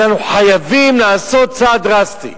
אנחנו חייבים לעשות צעד דרסטי.